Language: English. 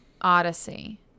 Odyssey